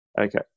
okay